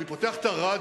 אני פותח את הרדיו,